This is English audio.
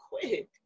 quick